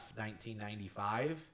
1995